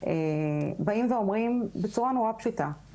באים ואומרים בצורה מאוד פשוטה,